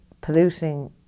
polluting